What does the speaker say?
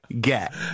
get